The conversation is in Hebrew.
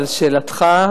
על שאלתך,